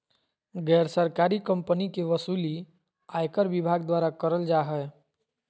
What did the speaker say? गैर सरकारी कम्पनी के वसूली आयकर विभाग द्वारा करल जा हय